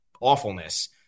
awfulness